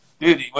Dude